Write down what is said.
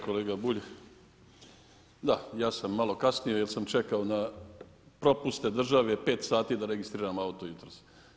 Kolega Bulj, da ja sam malo kasnio jel sam čekao na propuste države pet sati da registriram auto jutros.